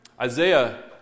Isaiah